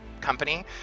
company